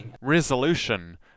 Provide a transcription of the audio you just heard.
Resolution